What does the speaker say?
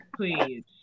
please